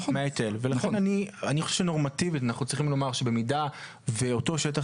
לכן אני חושב שנורמטיבית אנחנו צריכים לומר שבמידה ואותו שטח